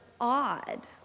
odd